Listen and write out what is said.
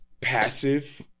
passive